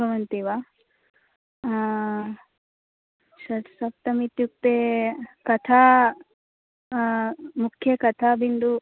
भवन्ति वा षट् सप्त इत्युक्ते कथा मुख्यकथाबिन्दुः